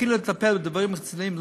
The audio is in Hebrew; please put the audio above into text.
ותתחילו לטפל בדברים רציניים,